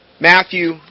Matthew